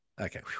Okay